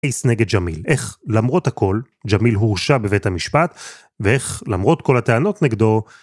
אייס נגד ג'מיל, איך למרות הכל ג'מיל הורשע בבית המשפט ואיך למרות כל הטענות נגדו